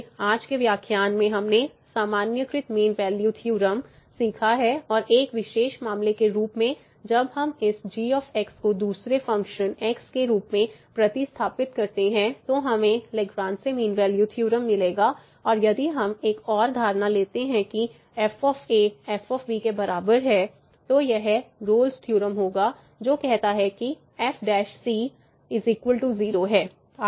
निष्कर्ष के लिए आज के व्याख्यान में हमने सामान्यीकृत मीन वैल्यू थ्योरम सीखा है और एक विशेष मामले के रूप में जब हम इस g को दूसरे फ़ंक्शन x के रूप में प्रतिस्थापित करते हैं तो हमें लैग्रांज मीन वैल्यू थ्योरम मिलेगा और यदि हम एक और धारणा लेते हैं कि f f तो यह रोल्स थ्योरम Rolle's theorem होगा जो कहता है कि f 0 है